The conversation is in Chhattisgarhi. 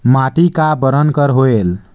माटी का बरन कर होयल?